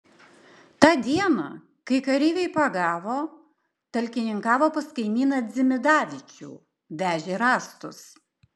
tą dieną kai kareiviai pagavo talkininkavo pas kaimyną dzimidavičių vežė rąstus